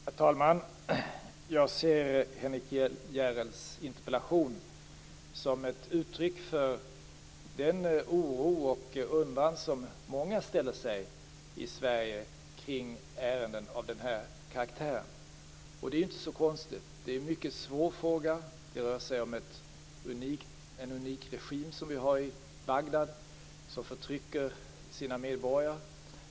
Herr talman! Jag ser Henrik S Järrels interpellation som ett uttryck för den oro och undran som många känner i Sverige kring ärenden av den här karaktären, och det ju är inte så konstigt. Det är en mycket svår fråga. Det rör sig om en unik regim i Bagdad som förtrycker sina medborgare.